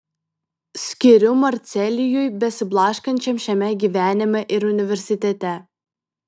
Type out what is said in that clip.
skiriu marcelijui besiblaškančiam šiame gyvenime ir universitete